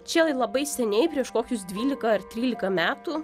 čia labai seniai prieš kokius dvylika ar trylika metų